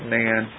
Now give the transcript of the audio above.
man